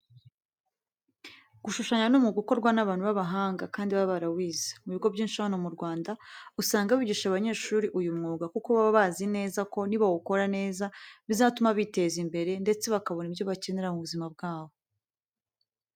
Gushushanya ni umwuga ukorwa n'abantu b'abahanga kandi baba barawize. Mu bigo byinshi hano mu Rwanda, usanga bigisha abanyeshuri uyu mwuga kuko baba bazi neza ko nibawukora neza bizatuma biteza imbere ndetse bakabona ibyo bakenera mu buzima bwabo.